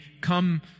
come